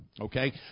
Okay